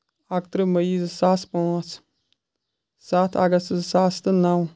اَکترٕہ میے زٕ ساس پانٛژھ سَتھ اَگست زٕ ساس تہٕ نو